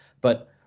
But-